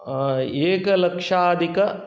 एकलक्षाधिक